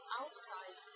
outside